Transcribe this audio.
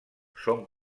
són